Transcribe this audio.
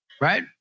right